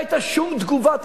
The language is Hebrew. לא היתה שום תגובה.